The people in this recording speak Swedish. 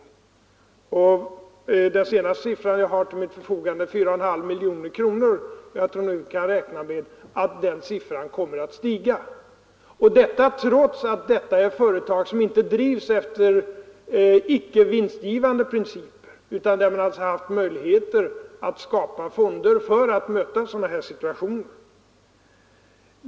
Enligt den senaste siffra jag har till förfogande är beloppet 4,5 miljoner kronor, och jag tror vi kan räkna med att det kommer att stiga, trots att detta är företag som inte drivs efter icke vinstgivande princip utan har haft möjligheter att skapa fonder för att möta sådana här situationer.